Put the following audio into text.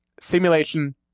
simulation